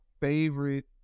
favorite